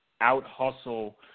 out-hustle